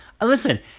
Listen